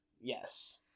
Yes